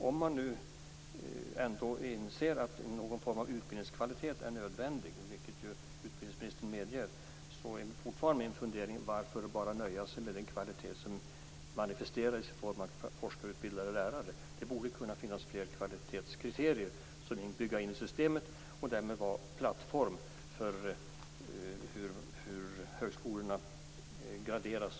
Om man nu ändå inser att någon form av utbildningskvalitet är nödvändig, vilket ju utbildningsministern medger, är min fundering fortfarande: Varför bara nöja sig med den kvalitet som manifesteras i form av forskarutbildade lärare? Det borde kunna finnas fler kvalitetskriterier som man kan bygga in i systemet och som därmed kan vara plattform för hur högskolorna graderas.